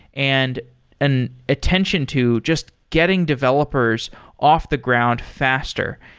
and an attention to just getting developers off the ground faster,